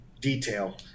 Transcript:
detail